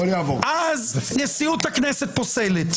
אז נשיאות הכנסת פוסלת.